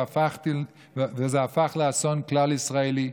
וזה הפך לאסון כלל-ישראלי.